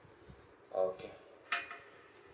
oh okay